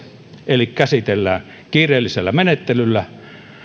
eli käsitellään kiireellisellä menettelyllä